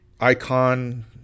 icon